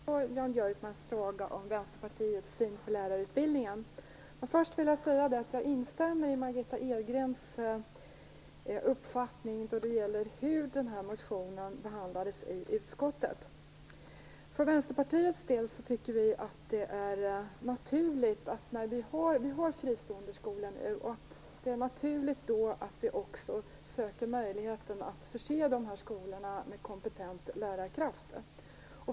Fru talman! Jag vill gärna svara på Jan Björkmans fråga om Vänsterpartiets syn på lärarutbildningen. Först vill jag säga att jag instämmer i Margitta Edgrens uppfattning då det gäller behandlingen av motionen i utskottet. Vi i Vänsterpartiet tycker att det är naturligt att söka möjligheten att förse de fristående skolorna, när vi nu har dem, med kompetent lärarkraft.